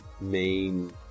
main